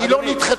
היא לא נדחתה.